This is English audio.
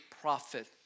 prophet